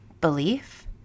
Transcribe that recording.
belief